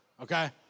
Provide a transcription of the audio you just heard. okay